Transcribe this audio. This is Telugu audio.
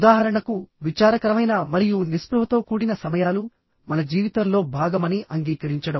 ఉదాహరణకు విచారకరమైన మరియు నిస్పృహతో కూడిన సమయాలు మన జీవితంలో భాగమని అంగీకరించడం